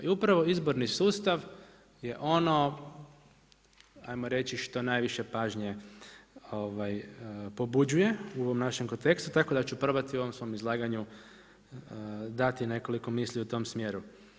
I upravo izborni sustav je ono hajmo reći što najviše pažnje pobuđuje u ovom našem kontekstu tako da ću probati u ovom svom izlaganju dati nekoliko misli u tom smjeru.